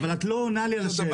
אבל את לא עונה לשאלה.